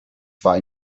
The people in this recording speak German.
zwar